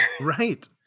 Right